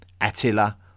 Attila